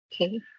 Okay